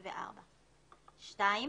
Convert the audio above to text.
1954‏ ; (2)